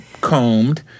combed